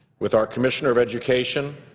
with our commissioner of education,